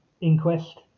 inquest